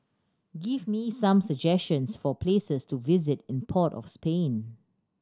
give me some suggestions for places to visit in Port of Spain